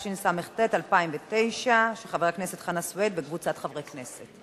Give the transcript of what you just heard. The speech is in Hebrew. בעד, 17, אין מתנגדים ואין נמנעים.